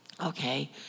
Okay